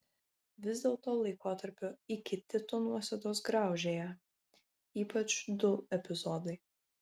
vis dėlto laikotarpio iki tito nuosėdos graužė ją ypač du epizodai